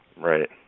Right